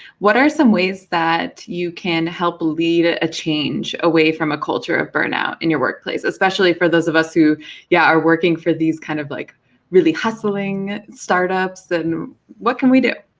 what are some ways that you can help lead ah a change away from a culture of burnout in your workplace, especially for those of us who yeah are working for these kind of like really hustling start-ups, and what can we do?